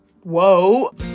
whoa